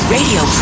Radio